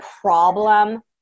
problem